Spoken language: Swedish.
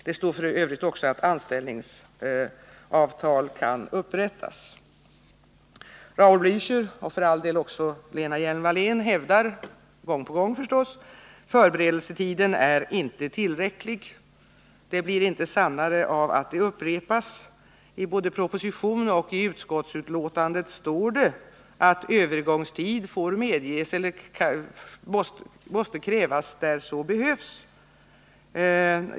Det sägs f. ö. också att anställningsavtal kan upprättas. Raul Blächer, och för all del också Lena Hjelm-Wallén, hävdar — gång på gång, förstås — att förberedelsetiden inte är tillräcklig. Det blir inte sannare avatt det upprepas. Både i proposition och i utskottsbetänkande heter det att övergångstid får medges och måste krävas där så behövs.